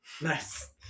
Nice